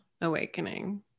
awakening